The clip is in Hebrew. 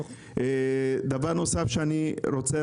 דבר נוסף שאני רוצה,